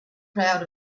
crowd